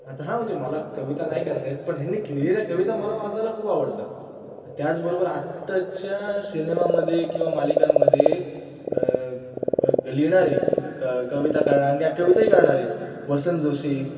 आता हां म्हणजे मला कविता नाही करता येत पण ह्यानी केलेल्या कविता मला वाचायला खूप आवडतात त्याच बरोबर आत्ताच्या सिनेमामध्ये किंवा मालिकानंमध्ये लिहिणारे क कविता करणा कविताही करणारे वसंत जोशी